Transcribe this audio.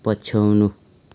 पछ्याउनु